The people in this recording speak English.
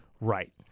Right